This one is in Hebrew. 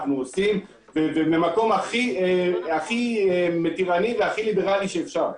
אנחנו עושים וממקום הכי מתירני והכי ליברלי שאפשר.